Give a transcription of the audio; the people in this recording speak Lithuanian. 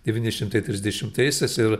devyni šimtai trisdešimtaisiais ir